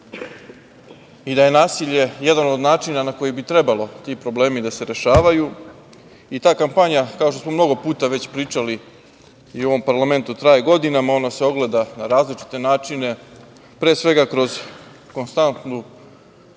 i da je nasilje jedna od načina na koji bi trebalo ti problemi da se rešavaju. Kampanja, kao što smo mnogo puta već pričali i u ovom parlamentu, traje godinama, ona se ogleda na različite načine, pre svega kroz konstantnu